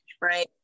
right